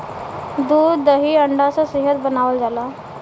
दूध दही अंडा से सेहत बनावल जाला